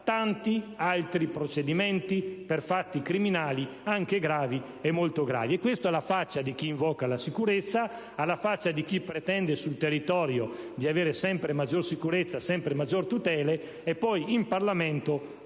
tanti altri procedimenti per fatti criminali, anche gravi e molto gravi, e questo alla faccia di chi invoca la sicurezza e di chi pretende sul territorio di avere sempre maggior sicurezza e sempre maggiori tutele, e poi in Parlamento